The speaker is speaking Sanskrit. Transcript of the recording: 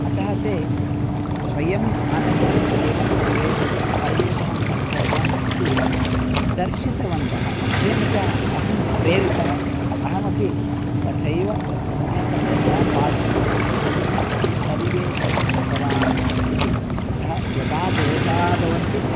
अतः ते स्वयम् आगत्य एवं परिवेषणं परिवेषणं कर्तव्यम् इति दर्शितवन्तः तेन च अहं प्रेरितः अहमपि तथैव सम्यक्तया न पातितवान् सम्यक् अहं परिवेषणं कृतवान् इति अतः यदा दोषाः भवन्ति